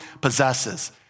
possesses